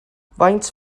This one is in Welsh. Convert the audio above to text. faint